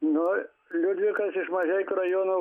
nu liudvikas iš mažeikių rajono